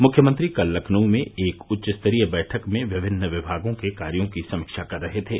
मुख्यमंत्री कल लखनऊ में एक उच्चस्तरीय बैठक में विभिन्न विमागों के कार्यो की समीक्षा कर रहे थे